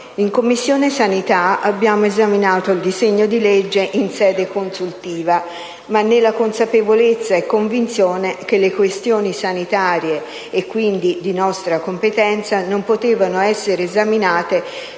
in Commissione sanità abbiamo esaminato il disegno di legge in sede consultiva, ma nella consapevolezza e convinzione che le questioni sanitarie e, quindi, di nostra competenza non potevano essere esaminate